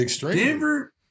Denver